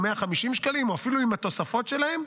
150 שקלים או אפילו עם התוספות שלהם,